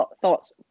thoughts